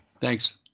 thanks